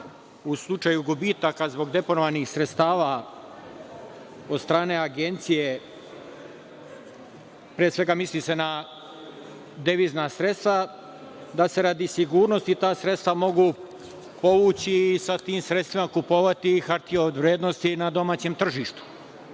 u slučaju gubitaka zbog deponovanih sredstava od strane Agencije, pre svega misli se na devizna sredstva, da se radi sigurnosti ta sredstva mogu povući i sa tim sredstvima kupovati hartije od vrednosti na domaćem tržištu. Ono